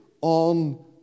on